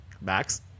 Max